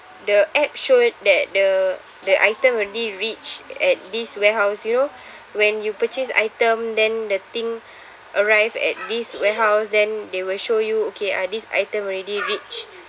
the app showed that the the item already reached at this warehouse you know when you purchase item then the thing arrived at these warehouse then they will show you okay uh these items already reached